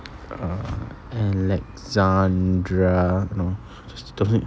alexandra you know just doesn't